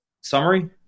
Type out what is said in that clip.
summary